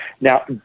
Now